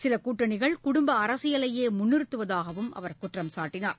சில கூட்டணிகள் குடும்ப அரசியலையே முன்நிறுத்துவதாகவும் அவர் குற்றம்சாட்டினார்